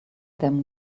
them